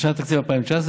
בשנת התקציב 2019,